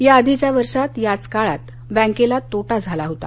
या आधीच्या वर्षात याच काळात बँकेला तोटा झाला होता